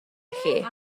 chi